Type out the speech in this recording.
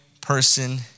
person